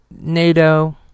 NATO